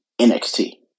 NXT